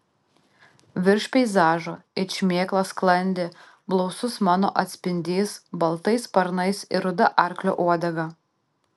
virš peizažo it šmėkla sklandė blausus mano atspindys baltais sparnais ir ruda arklio uodega